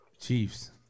Chiefs